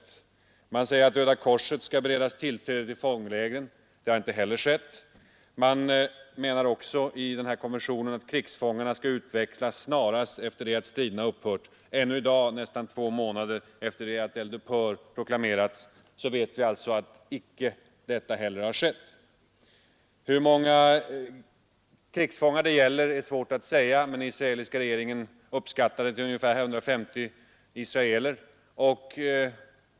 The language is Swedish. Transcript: Det stadgas vidare att Röda korset skall beredas tillträde till fånglägren, vilket inte har skett. I konventionen uttalas också att krigsfångarna skall utväxlas snarast efter det att striderna upphört. Ännu i dag, nästan två månader efter det att eld upphör proklamerats, vet vi att icke heller detta har skett. Hur många krigsfångar det gäller är svårt att säga, men den israeliska regeringen uppskattade antalet till ungefär 150 israeler.